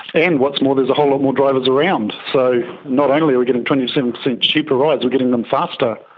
and, what's more, there's a whole lot more drivers around, so not only are we getting twenty seven percent cheaper rides, we are getting them faster.